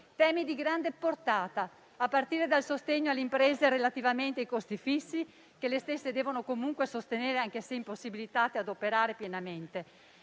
temi di grande portata, a partire dal sostegno alle imprese relativamente ai costi fissi, che le stesse devono comunque sostenere anche se impossibilitate ad operare pienamente.